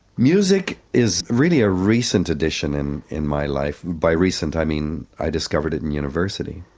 music is really a recent addition in in my life. by recent i mean i discovered it in university.